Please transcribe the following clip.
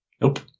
Nope